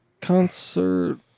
concert